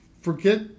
Forget